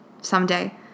Someday